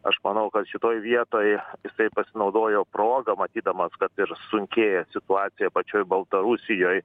aš manau kad šitoj vietoj jisai pasinaudojo proga matydamas kad ir sunkėja situacija pačioj baltarusijoj